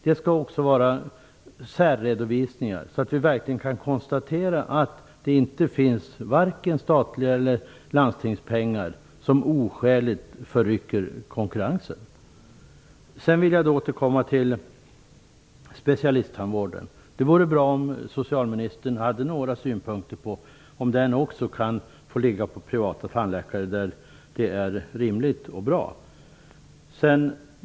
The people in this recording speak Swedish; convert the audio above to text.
Det skall vara en särredovisning så att vi verkligen kan konstatera att inte vare sig statliga pengar eller landstingspengar oskäligt förrycker konkurrensen. Jag återkommer så till specialisttandvården. Det vore bra om socialministern hade synpunkter på om den också kan få ligga på privata tandläkare i de fall det är rimligt och bra.